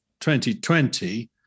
2020